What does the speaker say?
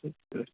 yes sir